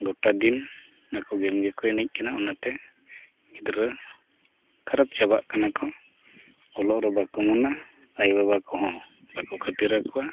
ᱜᱳᱴᱟ ᱫᱤᱱ ᱟᱠᱚ ᱜᱮᱢ ᱜᱮᱠᱚ ᱮᱱᱮᱡ ᱠᱟᱱᱟ ᱚᱱᱟᱛᱮ ᱜᱤᱫᱽᱨᱟᱹ ᱠᱷᱟᱨᱟᱯ ᱪᱟᱵᱟᱜ ᱠᱟᱱᱟ ᱠᱚ ᱚᱞᱚᱜ ᱨᱮ ᱵᱟᱠᱚ ᱢᱚᱱᱟ ᱟᱭᱳᱼᱵᱟᱵᱟ ᱠᱚᱦᱚᱸ ᱵᱟᱠᱚ ᱠᱷᱟᱹᱛᱤᱨ ᱟᱠᱚᱣᱟ